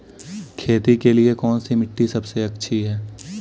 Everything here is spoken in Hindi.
खेती के लिए कौन सी मिट्टी सबसे अच्छी है?